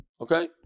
okay